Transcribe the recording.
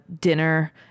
dinner